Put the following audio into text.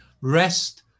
rest